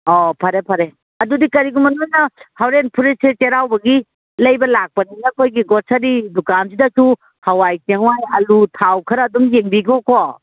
ꯑꯧ ꯐꯔꯦ ꯐꯔꯦ ꯑꯗꯨꯗꯤ ꯀꯔꯤꯒꯨꯝꯕ ꯅꯣꯏꯅ ꯍꯣꯔꯦꯟ ꯐꯨꯔꯤꯠꯁꯦ ꯆꯩꯔꯥꯎꯕꯒꯤ ꯂꯩꯕ ꯂꯥꯛꯄꯁꯤꯅ ꯑꯩꯈꯣꯏꯒꯤ ꯒ꯭ꯔꯣꯁꯔꯤ ꯗꯨꯀꯥꯟꯁꯤꯗꯁꯨ ꯍꯋꯥꯏ ꯆꯦꯡꯋꯥꯏ ꯑꯥꯜꯂꯨ ꯊꯥꯎ ꯈꯔ ꯑꯗꯨꯝ ꯌꯦꯡꯕꯤꯒꯣꯀꯣ